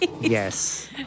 Yes